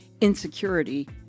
Insecurity